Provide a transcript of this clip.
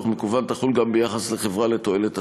מקוון תחול גם ביחס לחברה לתועלת הציבור.